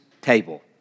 table